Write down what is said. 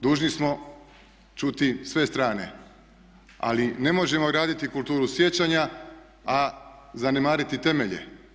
Dužni smo čuti sve strane, ali ne možemo graditi kulturu sjećanja a zanemariti temelje.